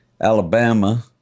Alabama